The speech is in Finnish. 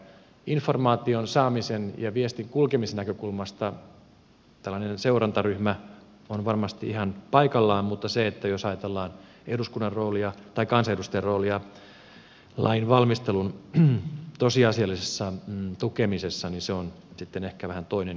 informaation saamisen ja viestin kulkemisen näkökulmasta tällainen seurantaryhmä on varmasti ihan paikallaan mutta jos ajatellaan kansanedustajan roolia lain valmistelun tosiasiallisessa tukemisessa niin se on sitten ehkä vähän toinen juttu